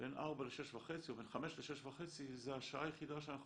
בין 16:00 ל-18:30 או בין 17:00 ל-18:30 זו השעה היחידה שאנחנו